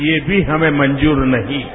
यह भी हमें मंजूर नहीं है